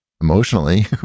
emotionally